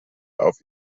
auf